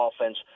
offense